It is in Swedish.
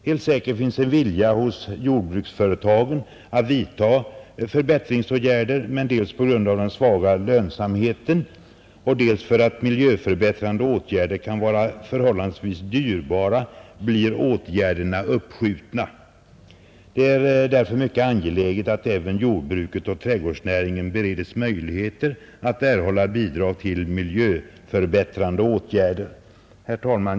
Helt säkert finns en vilja hos jordbruksföretagen att vidtaga förbättringsåtgärder, men dels på grund av den svaga lönsamheten, dels på grund av att miljöförbättrande åtgärder kan vara förhållandevis dyrbara blir åtgärderna uppskjutna. Det är därför mycket angeläget att även jordbruket och trädgårdsnäringen beredes möjligheter att erhålla bidrag till miljöförbättrande åtgärder. Herr talman!